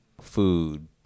food